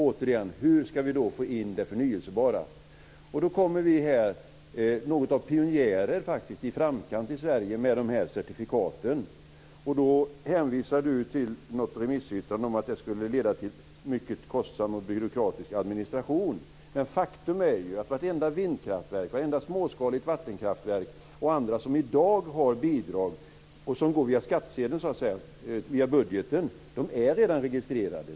Återigen: Hur ska vi då få in det förnybara? Nu kommer vi som något av pionjärer, i framkant i Sverige, med de här certifikaten. Eva Flyborg hänvisar då till något remissyttrande om att de skulle leda till mycket kostsam och byråkratisk administration. Men faktum är att vartenda vindkraftverk, vartenda småskaligt vattenkraftverk och andra som i dag har bidrag som går via skattsedeln, via budgeten, redan är registrerade.